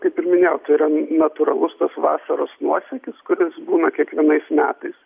kaip ir minėjau tai yra n natūralaus tas vasaros nuosekis kuris būna kiekvienais metais